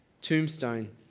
tombstone